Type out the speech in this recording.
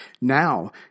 Now